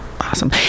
Awesome